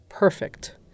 perfect